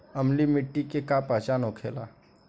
अम्लीय मिट्टी के का पहचान होखेला?